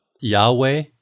Yahweh